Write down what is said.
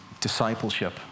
discipleship